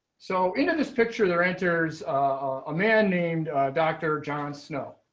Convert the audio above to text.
so in this picture there enters a man named dr. jon snow.